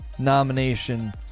nomination